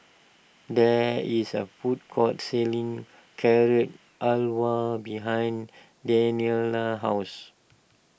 there is a food court selling Carrot Halwa behind Daniela's house